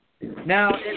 Now